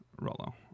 Rollo